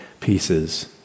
pieces